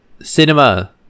Cinema